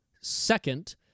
second